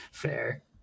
fair